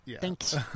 Thanks